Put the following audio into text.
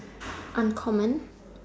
I am common